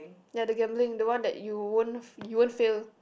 ya the gambling the one that you won't f~ you won't fail